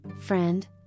Friend